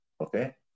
okay